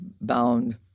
bound